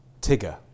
Tigger